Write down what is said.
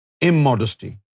immodesty